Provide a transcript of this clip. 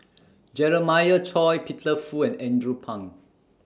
Jeremiah Choy Peter Fu and Andrew Phang